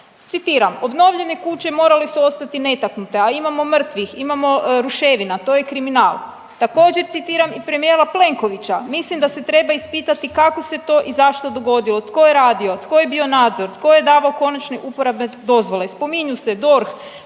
citiram, obnovljene kuće morale su ostati netaknute, a imamo mrtvih, imamo ruševina, to je kriminal. Također citiram i premijera Plenkovića mislim da se treba ispitati kako se to i zašto dogodilo, tko je radio, tko je bio nadzor, tko je davao konačne uporabne dozvole. Spominju se DORH,